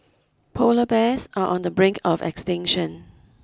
polar bears are on the brink of extinction